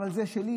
אבל זה שלי,